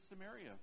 Samaria